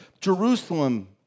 Jerusalem